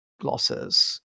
glosses